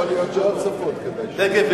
יכול להיות שעוד שפות כדאי שיהיו,